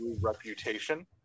Reputation